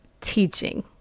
teaching